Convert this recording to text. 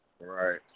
Right